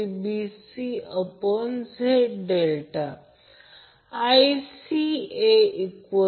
86° 86 ampere आहेत आणि हे अँगल आहेत म्हणून हे अँपिअर आहे